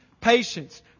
patience